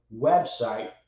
website